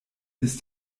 ist